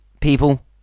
People